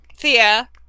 Thea